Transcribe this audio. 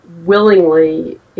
willingly